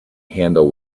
handle